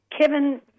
Kevin